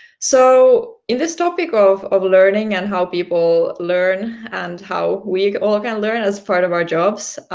so, in this topic of of learning and how people learn, and how we all can learn as part of our jobs,